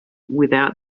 without